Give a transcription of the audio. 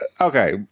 Okay